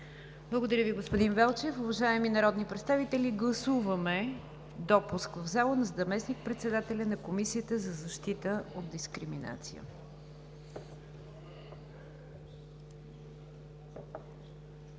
Благодаря Ви, господин Велчев. Уважаеми народни представители, гласуваме допуск в залата на заместник-председателя на Комисията за защита от дискриминация.